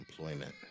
employment